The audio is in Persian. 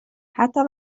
حتی